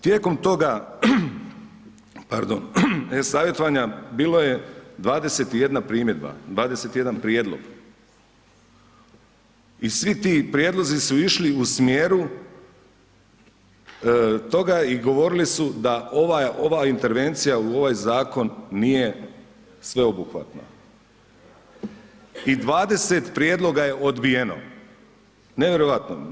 Tijekom toga e-savjetovanja bilo je 21 primjedba, 21 prijedlog i svi ti prijedlozi su išli u smjeru toga i govorili su da ova intervencija u ovaj zakon nije sveobuhvatna i 20 prijedloga je odbijeno, nevjerovatno.